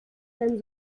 dann